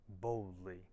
boldly